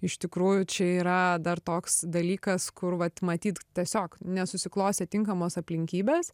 iš tikrųjų čia yra dar toks dalykas kur vat matyt tiesiog nesusiklostė tinkamos aplinkybės